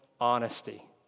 honesty